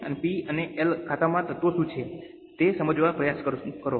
અને P અને L ખાતાના તત્વો શું છે તે સમજવાનો પ્રયાસ કરો